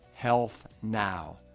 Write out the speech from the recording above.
HealthNow